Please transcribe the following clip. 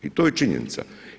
I to je činjenica.